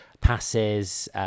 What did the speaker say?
Passes